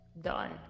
done